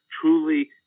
truly